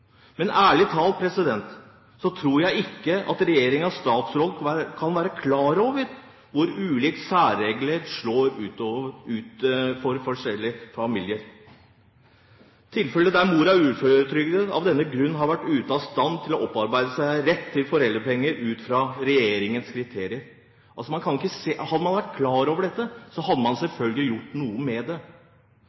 Men det slår så kraftig feil ut for noen. Ærlig talt tror jeg ikke at regjeringen og statsråden kan være klar over hvor ulikt særregler slår ut for forskjellige familier – tilfeller der mor er uføretrygdet og av denne grunn har vært ute av stand til å opparbeide seg rett til foreldrepenger ut fra regjeringens kriterier. Hadde man vært klar over dette, hadde man selvfølgelig gjort noe med det.